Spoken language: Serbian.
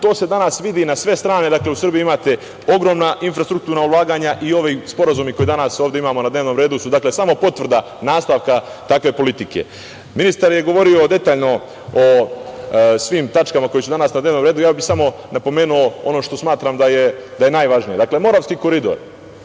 To se danas vidi na sve strane. Dakle, u Srbiji imate ogromna infrastrukturna, ulaganja i ovi sporazumi koji danas ovde imamo na dnevnom redu su, dakle, samo potvrda nastavka takve politike. Ministar je govorio detaljno o svim tačkama koje su danas na dnevnom redu, ja bih samo napomenuo ono što smatram da je najvažnije. Dakle, Moravski koridor